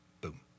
boom